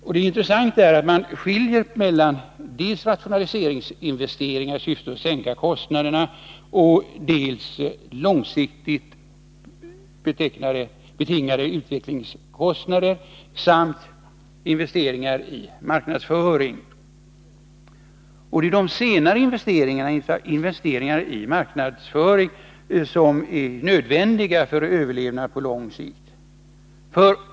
Det är intressant att man här skiljer mellan dels rationaliseringsinveste ringar i syfte att sänka kostnaderna, dels långsiktigt betingade utvecklingssamt marknadsinvesteringar. Det är de senare investeringarna, som är nödvändiga för överlevnad på lång sikt.